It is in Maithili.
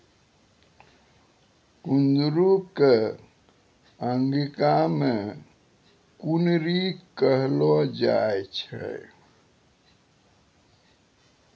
कुंदरू कॅ अंगिका मॅ कुनरी कहलो जाय छै